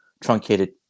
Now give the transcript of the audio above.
truncated